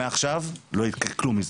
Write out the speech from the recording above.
מעכשיו לא ייקרה כלום,